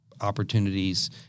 opportunities